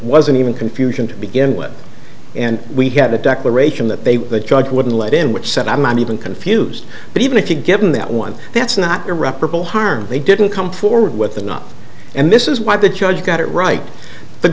wasn't even confusion to begin with and we had a declaration that they the judge wouldn't let in which said i'm even confused but even if you given that one that's not irreparable harm they didn't come forward with the not and this is why the judge got it right the